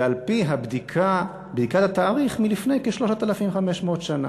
ועל-פי בדיקת התאריך, מלפני כ-3,500 שנה.